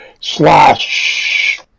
slash